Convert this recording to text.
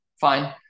fine